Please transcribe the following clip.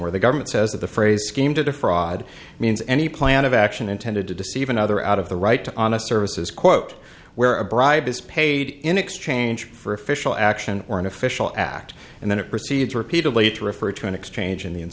where the government says that the phrase scheme to defraud means any plan of action intended to deceive another out of the right to honest services quote where a bribe is paid in exchange for official action or an official act and then it proceeds repeatedly to refer to an exchange in the